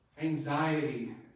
anxiety